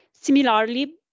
Similarly